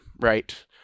right